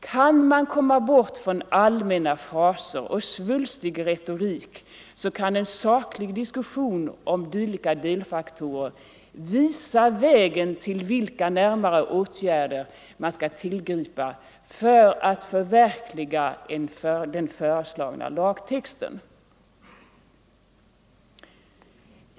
Kan man komma bort från allmänna fraser och svulstig retorik så kan en saklig diskussion om dylika delfaktorer visa vägen till vilka närmare åtgärder man skall tillgripa för att förverkliga den föreslagna lagtexten.